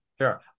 Sure